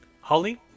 Holly